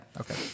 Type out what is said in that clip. Okay